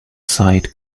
sight